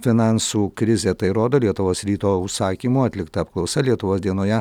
finansų krizė tai rodo lietuvos ryto užsakymu atlikta apklausa lietuvos dienoje